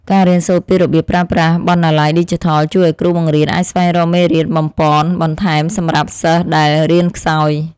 ការរៀនសូត្រពីរបៀបប្រើប្រាស់បណ្ណាល័យឌីជីថលជួយឱ្យគ្រូបង្រៀនអាចស្វែងរកមេរៀនបំប៉នបន្ថែមសម្រាប់សិស្សដែលរៀនខ្សោយ។